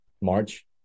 March